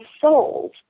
sold